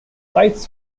flights